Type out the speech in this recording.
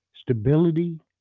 stability